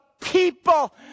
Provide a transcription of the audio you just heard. people